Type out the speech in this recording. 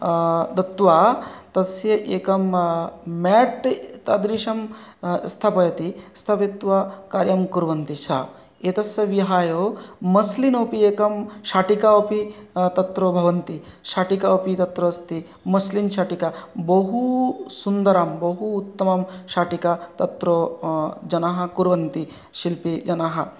दत्त्वा तस्य एकं मेट् तादृशं स्थापयति स्थापयित्वा कार्यं कुर्वन्ति सा एतस्यः विहाय मस्लिन् इति एका शाटिका अपि तत्र भवन्ति शाटिका अपि तत्र अस्ति मस्लिन् शाटिका बहु सुन्दरं बहु उत्तमं शाटिका तत्रो जनाः कुर्वन्ति शिल्पी जनाः